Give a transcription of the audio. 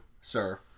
sir